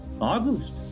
August